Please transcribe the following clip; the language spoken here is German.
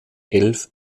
elf